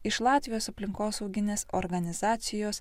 iš latvijos aplinkosauginės organizacijos